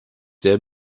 sehr